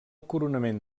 coronament